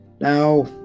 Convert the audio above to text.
Now